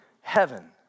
heaven